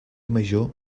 major